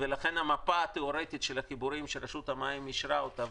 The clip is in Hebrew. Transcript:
לכן המפה התאורטית של החיבורים שרשות המים אישרה אותה,